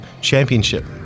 Championship